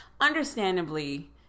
understandably